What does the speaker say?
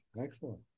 Excellent